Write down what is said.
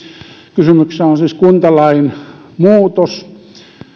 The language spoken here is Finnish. kysymyksessä on siis kuntalain muutos